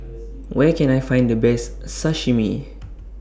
Where Can I Find The Best Sashimi